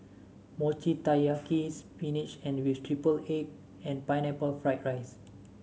Mochi Taiyaki spinach with triple egg and Pineapple Fried Rice